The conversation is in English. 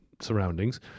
surroundings